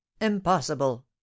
impossible